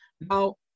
Now